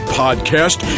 podcast